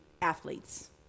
athletes